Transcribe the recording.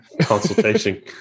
Consultation